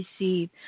receive